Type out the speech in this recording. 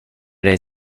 dig